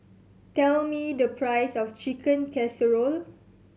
tell me the price of Chicken Casserole